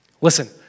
Listen